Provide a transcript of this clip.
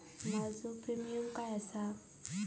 माझो प्रीमियम काय आसा?